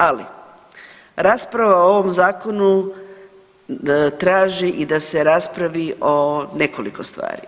Ali, rasprava o ovom Zakonu traži i da se raspravi o nekoliko stvari.